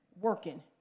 working